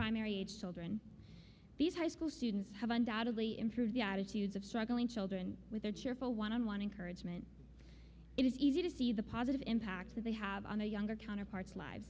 primary age children these high school students have undoubtedly improved the attitudes of struggling children with their cheerful one on one encourage them and it is easy to see the positive impact that they have on their younger counterparts lives